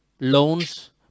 loans